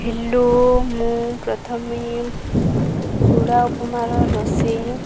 hello ମୁଁ ପ୍ରଥମେ ଚୂଡ଼ା ଉପମାର ରୋଷେଇ